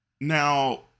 Now